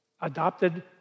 adopted